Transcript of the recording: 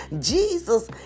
Jesus